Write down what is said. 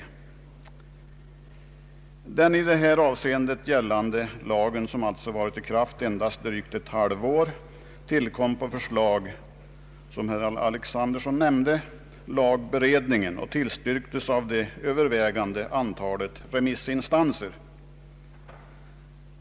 Den i det här avseendet gällande lagen, som alltså varit i kraft endast drygt ett halvår, tillkom — som herr Alexanderson nämnde — på förslag av lagberedningen och tillstyrktes av det övervägande antalet remissinstanser.